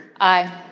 Aye